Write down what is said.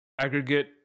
aggregate